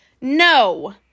No